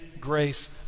grace